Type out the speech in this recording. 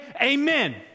amen